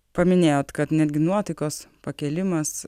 paminėjot kad netgi nuotaikos pakėlimas